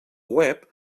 web